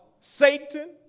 Satan